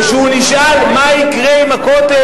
וכשהוא נשאל מה יקרה עם הכותל,